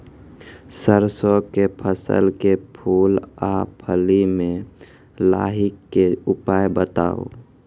सरसों के फसल के फूल आ फली मे लाहीक के उपाय बताऊ?